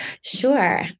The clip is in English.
Sure